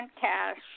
cash